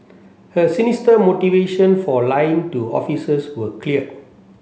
her sinister motivation for lying to officers were clear